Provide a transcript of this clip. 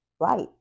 right